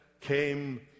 came